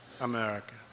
America